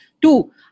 Two